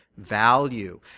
value